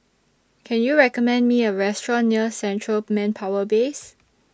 Can YOU recommend Me A Restaurant near Central Manpower Base